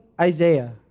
Isaiah